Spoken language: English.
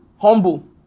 humble